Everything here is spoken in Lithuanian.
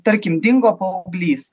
tarkim dingo paauglys